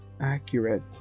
accurate